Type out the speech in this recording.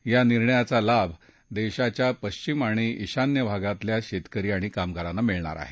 या निर्णयाचा लाभ देशाच्या पश्चिम आणि ईशान्य भागातल्या शेतकरी आणि कामगारांना मिळेल